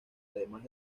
además